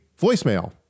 voicemail